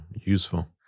useful